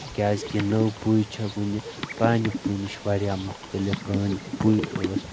کیازِ کہِ نٔو پوٚۍ چھِ وٕنہِ پرانہِ پوٚی نِش واریاہ مختلف پرٲنۍ پوٚۍ ٲس